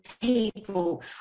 people